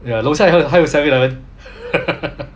ya 楼下还有还有 seven eleven